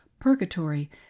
purgatory